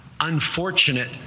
unfortunate